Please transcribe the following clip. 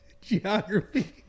Geography